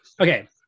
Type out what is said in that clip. Okay